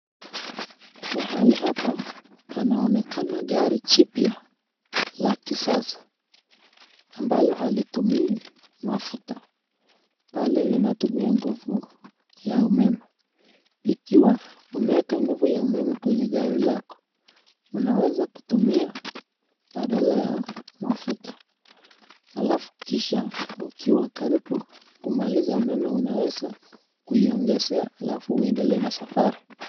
Mahali hapa panaonekana gari la kisasa ambalo halitumii mafuta pali linatumia nguvu ya umeme ikiwa umeeka nguvu ya umeme kwenye gari lako unaweza kutumia badala ya mafuta alafu kisha ukiwa karibu kumaliza umeme unaweza kuiongezea alafu iendelee na safari.